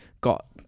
got